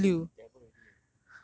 one more 六 you devil already eh